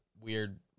weird